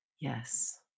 yes